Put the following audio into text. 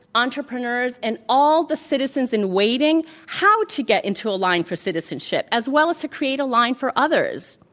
entrepreneurs, and all the citizens in waiting how to get into a line for citizenship, as well as to create a line for others.